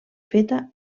feta